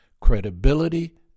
credibility